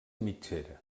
mitgera